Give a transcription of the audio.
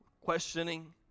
questioning